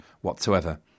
whatsoever